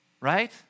right